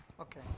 Okay